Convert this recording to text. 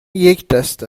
یکدست